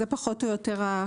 זאת פחות או יותר החלוקה,